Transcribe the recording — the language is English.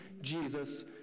Jesus